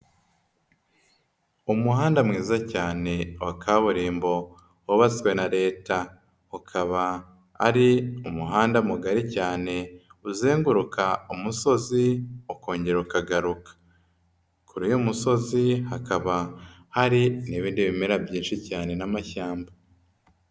Umuhanda mwiza cyane wa kaburimbo wubatswe na Leta. Ukaba ari umuhanda mugari cyane uzenguruka umusozi ukongera ukagaruka. Kuri uyu musozi hakaba hari n'ibindi bimera byinshi cyane n'amashyamba.